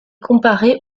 comparé